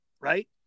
right